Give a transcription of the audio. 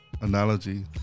analogy